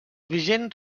vigent